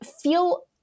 feel